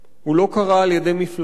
הוא לא קרה על-ידי מפלצות,